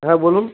হ্যাঁ বলুন